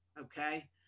Okay